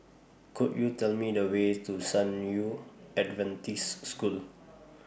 Could YOU Tell Me The Way to San Yu Adventist School